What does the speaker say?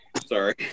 Sorry